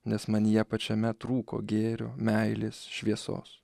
nes manyje pačiame trūko gėrio meilės šviesos